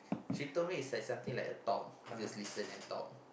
she told me is like something like a talk just listen and talk